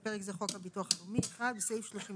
(בפרק זה חוק הביטוח הלאומי) בסעיף 32